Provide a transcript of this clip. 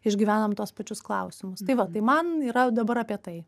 išgyvenam tuos pačius klausimus tai va tai man yra dabar apie tai